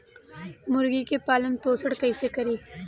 मुर्गी के पालन पोषण कैसे करी?